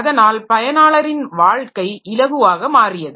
அதனால் பயனாளரின் வாழ்க்கை இலகுவாக மாறியது